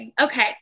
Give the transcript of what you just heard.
Okay